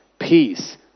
Peace